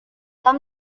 tom